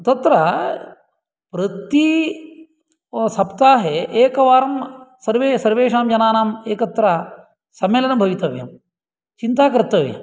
तत्र प्रति सप्ताहे एकवारं सर्वे सर्वेषां जनानाम् एकत्र सम्मेलनं भवितव्यं चिन्ता कर्तव्या